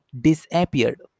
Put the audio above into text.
disappeared